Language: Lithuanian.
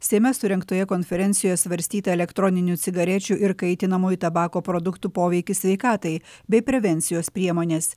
seime surengtoje konferencijoje svarstyta elektroninių cigarečių ir kaitinamojo tabako produktų poveikis sveikatai bei prevencijos priemonės